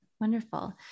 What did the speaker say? wonderful